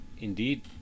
Indeed